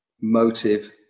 motive